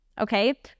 Okay